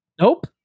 nope